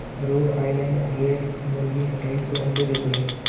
road Island Red मुर्गी ढाई सौ अंडे देती है